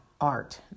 art